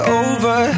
over